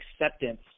acceptance